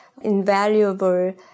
invaluable